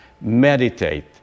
Meditate